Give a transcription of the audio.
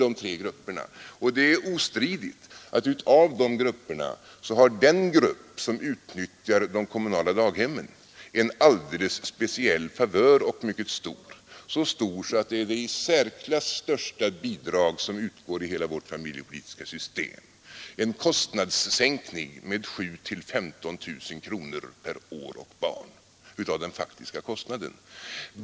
Det är ostridigt att av dessa tre grupper har den grupp som utnyttjar de kommunala daghemmen en alldeles speciell favör, så stor att den är det i särklass största bidrag som utgår i hela vårt familjepolitiska system — en sänkning med 7 000-15 000 kronor per år och barn av den faktiska kostnaden.